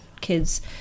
kids